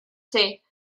ser